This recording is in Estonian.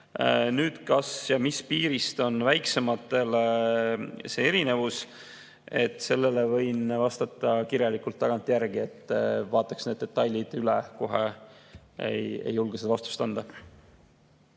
Kas ja mis piirist on väiksematel see erinevus, sellele võin vastata kirjalikult tagantjärgi. Vaataks need detailid üle. Kohe ei julge seda vastust anda.